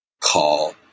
Call